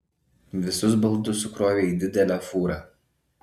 visus baldus sukrovė į didelę fūrą